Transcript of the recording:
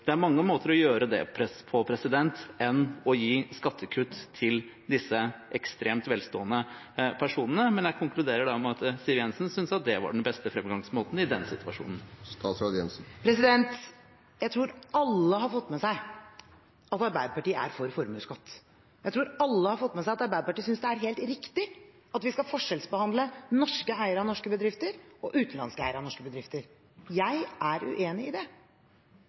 Det er mange andre måter å gjøre det på enn å gi skattekutt til disse ekstremt velstående personene, men jeg konkluderer med at Siv Jensen syntes det var den beste fremgangsmåten i den situasjonen. Jeg tror alle har fått med seg at Arbeiderpartiet er for formuesskatt. Jeg tror alle har fått med seg at Arbeiderpartiet synes det er helt riktig at vi skal forskjellsbehandle norske eiere av norske bedrifter og utenlandske eiere av norske bedrifter. Jeg er uenig i det,